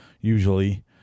usually